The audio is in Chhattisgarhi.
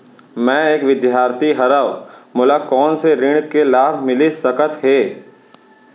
मैं एक विद्यार्थी हरव, मोला कोन से ऋण के लाभ मिलिस सकत हे?